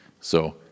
So-